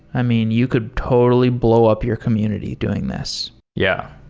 i mean, you could totally blow up your community doing this. yeah.